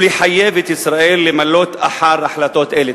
ולחייב את ישראל למלא אחר החלטות אלה.